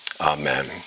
amen